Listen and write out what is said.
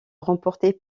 remporté